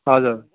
हजुर